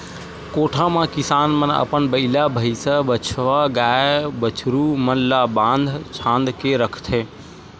कोठा म किसान मन अपन बइला, भइसा, बछवा, गाय, बछरू मन ल बांध छांद के रखथे